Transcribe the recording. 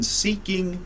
seeking